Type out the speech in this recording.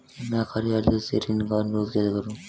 मैं कार्यालय से ऋण का अनुरोध कैसे करूँ?